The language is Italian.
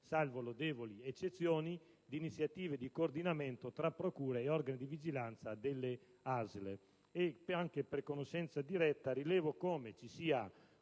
salvo lodevoli eccezioni, di iniziative di coordinamento tra procure e organi di vigilanza delle ASL. Anche per conoscenza diretta, rilevo inoltre come vi sia